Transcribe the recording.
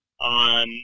on